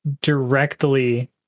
directly